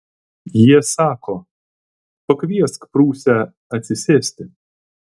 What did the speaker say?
jie sako pakviesk prūsę atsisėsti